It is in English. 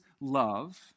love